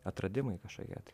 atradimai kažkokie tai